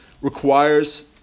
requires